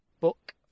Book